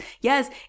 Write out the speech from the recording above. Yes